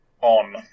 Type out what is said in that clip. on